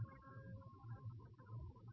B01c i ×E0B0।E0।cc3×108 ms